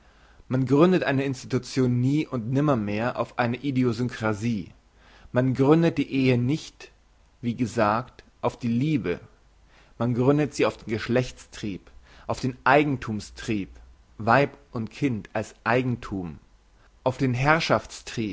man gründet eine institution nie und nimmermehr auf eine idiosynkrasie man gründet die ehe nicht wie gesagt auf die liebe man gründet sie auf den geschlechtstrieb auf den eigenthumstrieb weib und kind als eigenthum auf den